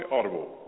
Audible